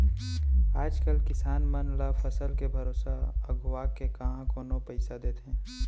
आज कल किसान मन ल फसल के भरोसा अघुवाके काँहा कोनो पइसा देथे